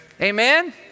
Amen